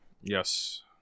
Yes